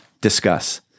discuss